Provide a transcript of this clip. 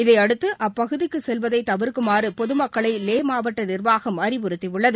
இதையடுத்து அப்பகுதிக்கு செல்வதை தவிர்க்குமாறு பொது மக்களை லே மாவட்ட நிர்வாகம் அறிவுறுத்தியுள்ளது